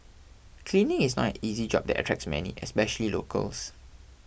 cleaning is not an easy job that attracts many especially locals